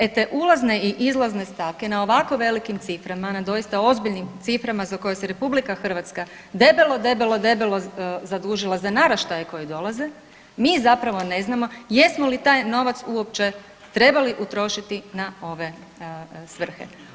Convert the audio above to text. E te ulazne i izlazne stavke na ovako velikim ciframa, na doista ozbiljnim ciframa za koje se RH debelo, debelo, debelo zadužila za naraštaje koji dolaze, mi zapravo ne znamo jesmo li taj novac uopće trebali utrošiti na ove svrhe.